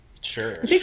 sure